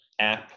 app